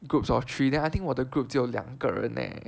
groups of three then I think 我的 group 只有两个人 leh